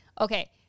okay